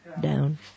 down